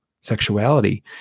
sexuality